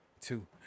two